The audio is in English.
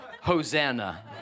Hosanna